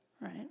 right